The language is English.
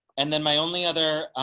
and then my only other